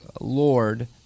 Lord